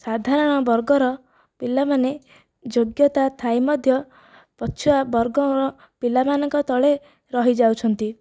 ସାଧାରଣ ବର୍ଗର ପିଲାମାନେ ଯୋଗ୍ୟତା ଥାଇ ମଧ୍ୟ ପଛୁଆ ବର୍ଗର ପିଲାମାନଙ୍କ ତଳେ ରହିଯାଉଛନ୍ତି